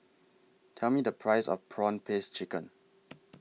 Tell Me The Price of Prawn Paste Chicken